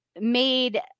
made